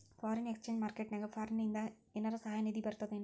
Foreign exchange market ನ್ಯಾಗ ಫಾರಿನಿಂದ ಏನರ ಸಹಾಯ ನಿಧಿ ಬರ್ತದೇನು?